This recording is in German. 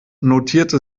notierte